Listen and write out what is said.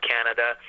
Canada